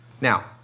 Now